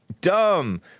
dumb